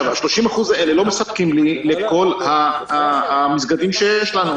ה-30% האלה לא מספיקים לכל המסגדים שיש לנו.